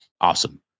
Awesome